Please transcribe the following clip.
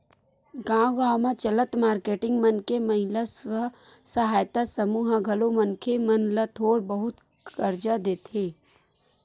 गाँव गाँव म चलत मारकेटिंग मन के महिला स्व सहायता समूह ह घलो मनखे मन ल थोर बहुत करजा देथे